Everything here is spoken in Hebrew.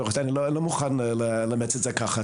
אני לא מוכן לאמץ את זה ככה,